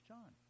John